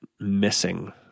missing